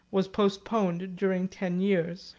was postponed during ten years.